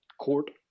court